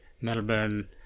Melbourne